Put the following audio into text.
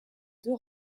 deux